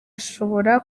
ushobora